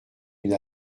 une